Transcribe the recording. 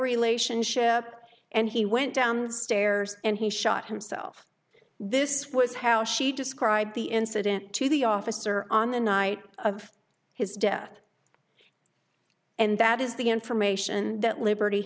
relationship and he went down the stairs and he shot himself this was how she described the incident to the officer on the night of his death and that is the information that liberty